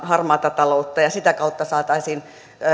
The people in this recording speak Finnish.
harmaata taloutta ja ja sitä kautta saataisiin